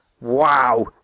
Wow